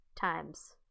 times